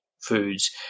foods